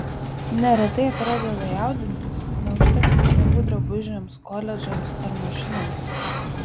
neretai jie pradeda jaudintis kad neužteks pinigų drabužiams koledžams ar mašinoms